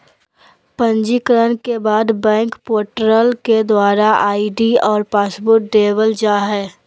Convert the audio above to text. पंजीकरण के बाद बैंक पोर्टल के द्वारा आई.डी और पासवर्ड देवल जा हय